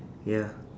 ya